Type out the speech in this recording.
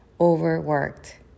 overworked